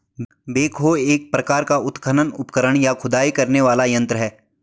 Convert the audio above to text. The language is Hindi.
बेकहो एक प्रकार का उत्खनन उपकरण, या खुदाई करने वाला यंत्र है